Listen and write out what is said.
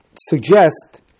suggest